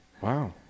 Wow